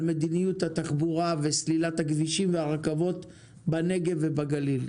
מדיניות התחבורה וסלילת הכבישים והרכבות בנגב ובגליל,